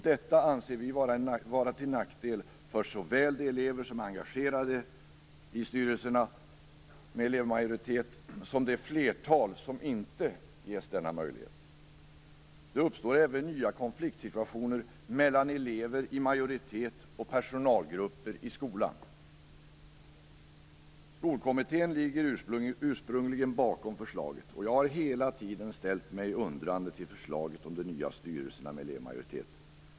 Detta anser vi vara till nackdel för såväl elever som är engagerade i styrelserna med elevmajoritet som det flertal som inte ges denna möjlighet. Det uppstår även nya konfliktsituationer mellan elever i majoritet och personalgrupper i skolan. Skolkommittén ligger ursprungligen bakom förslaget. Jag har hela tiden ställt mig undrande till förslaget om nya styrelser med elevmajoritet.